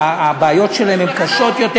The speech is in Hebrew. הבעיות שלהם הן קשות יותר.